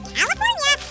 California